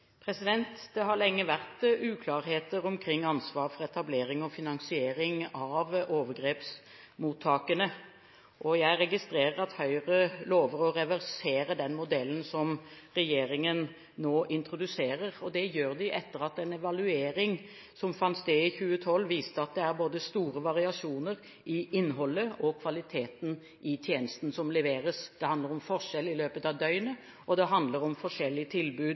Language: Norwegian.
Det har lenge vært uklarheter omkring ansvaret for etablering og finansiering av overgrepsmottakene. Jeg registrerer at Høyre lover å reversere den modellen som regjeringen nå introduserer. Det gjør de etter at en evaluering – som fant sted i 2012 – viste at det er store variasjoner i både innholdet i og kvaliteten på tjenesten som leveres. Det handler om forskjeller i løpet av døgnet, og det handler om forskjellige tilbud